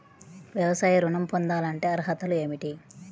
వ్యవసాయ ఋణం పొందాలంటే అర్హతలు ఏమిటి?